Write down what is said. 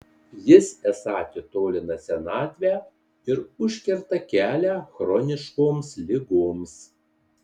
jis esą atitolina senatvę ir užkerta kelią chroniškoms ligoms